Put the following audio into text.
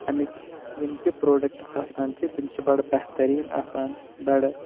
امیکۍ یم تہِ پروڈکٹ آسان چھِ تم چھِ بڑٕ بہترین آسان بڑٕ